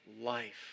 life